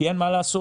כי אין מה לעשות,